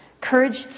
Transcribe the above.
Courage